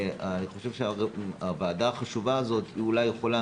אני חושב שהוועדה החשובה הזאת אולי יכולה